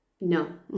No